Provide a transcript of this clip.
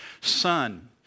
son